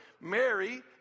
Mary